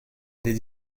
des